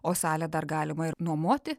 o salę dar galima ir nuomoti